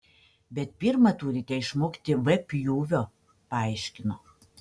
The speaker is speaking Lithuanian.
bet pirma turite išmokti v pjūvio paaiškino